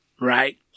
Right